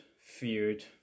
feared